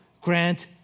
grant